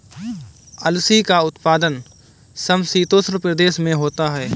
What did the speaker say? अलसी का उत्पादन समशीतोष्ण प्रदेश में होता है